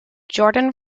jordan